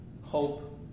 Hope